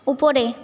উপরে